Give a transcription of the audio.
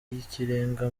y’ikirenga